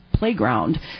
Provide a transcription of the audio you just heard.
Playground